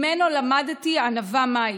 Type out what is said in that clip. ממנו למדתי ענווה מהי,